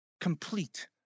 complete